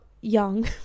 young